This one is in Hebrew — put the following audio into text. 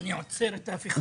בוא נוסיף את זה למטרת